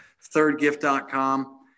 thirdgift.com